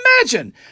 imagine